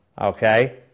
Okay